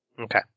Okay